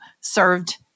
served